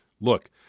Look